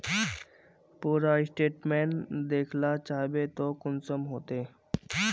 पूरा स्टेटमेंट देखला चाहबे तो कुंसम होते?